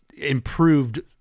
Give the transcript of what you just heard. improved